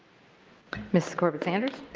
ms. corbett sanders.